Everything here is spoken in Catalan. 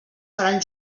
faran